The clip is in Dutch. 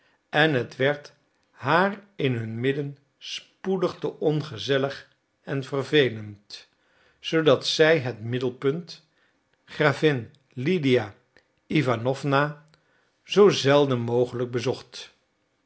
en het werd haar in hun midden spoedig te ongezellig en vervelend zoodat zij het middelpunt gravin lydia iwanowna zoo zelden mogelijk bezocht